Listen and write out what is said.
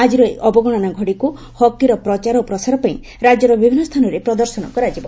ଆଜିର ଏହି ଅବଗଣନା ଘଡ଼ିକୁ ହକିର ପ୍ରଚାର ଓ ପ୍ରସାର ପାଇଁ ରାକ୍ୟର ବିଭିନ୍ ସ୍ତାନରେ ପ୍ରଦର୍ଶନ କରାଯିବ